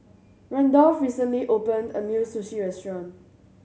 Randolph recently opened a new Sushi Restaurant